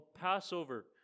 Passover